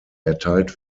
erteilt